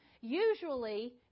Usually